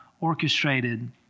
orchestrated